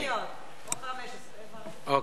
אז 30 שניות או 15. אוקיי.